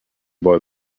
boy